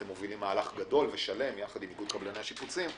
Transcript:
אתם מובילים מהלך גדול ושלם יחד עם איגוד קבלני השיפוצים.